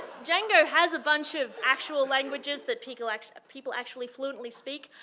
django has a bunch of actual languages that people actually people actually fluently speak.